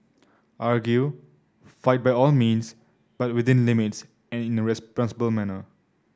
argue fight by all means but within limits and in a responsible manner